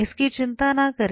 इसकी चिंता न करें